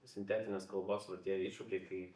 sintetinės kalbos va tie iššūkiai kai